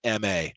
MA